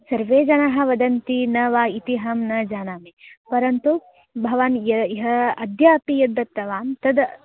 सर्वे जनः वदन्ति न वा इति अहं न जानामि परन्तु भवान् ह्यः ह्यः अद्यापि यद्दत्तवान् तद्